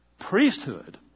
Priesthood